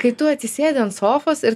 kai tu atsisėdi ant sofos ir